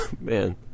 Man